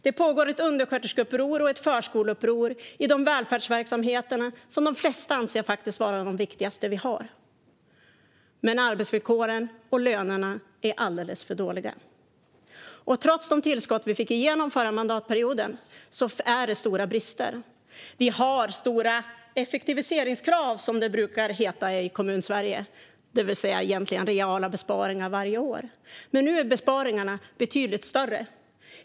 Det pågår ett undersköterskeuppror och ett förskoleuppror, alltså i de välfärdsverksamheter som de flesta anser vara de viktigaste vi har. Men arbetsvillkoren och lönerna är alldeles för dåliga, och trots de tillskott vi fick igenom den förra mandatperioden är det stora brister. Vi har stora "effektiviseringskrav", som det brukar heta i Kommunsverige, det vill säga egentligen reella besparingar varje år. Men nu är besparingarna betydligt större.